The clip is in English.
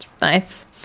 nice